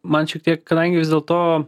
man šiek tiek kadangi vis dėlto